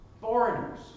foreigners